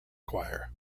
choir